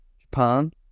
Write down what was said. Japan